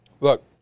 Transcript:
Look